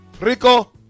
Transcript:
Rico